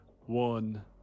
one